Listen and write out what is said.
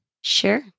Sure